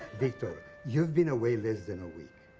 victor, you've been away less than a week.